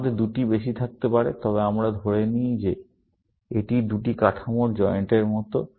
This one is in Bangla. আমাদের দুটির বেশি থাকতে পারে তবে আমরা ধরে নিই যে এটি দুটি কাঠামোর জয়েন্টের মতো